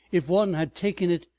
if one had taken it,